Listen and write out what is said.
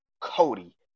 Cody